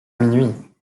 minuit